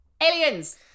aliens